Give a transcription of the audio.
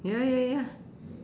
ya ya ya